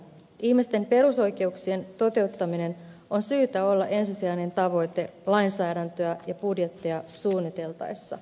ihmisten perusoikeuksien toteuttamisen on syytä olla ensisijainen tavoite lainsäädäntöä ja budjettia suunniteltaessa